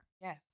Yes